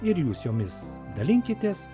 ir jūs jomis dalinkitės